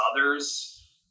others